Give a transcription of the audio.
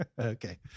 Okay